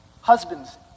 Husbands